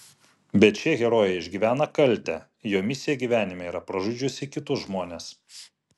bet šie herojai išgyvena kaltę jo misija gyvenime yra pražudžiusi kitus žmones